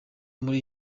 muri